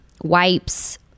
Wipes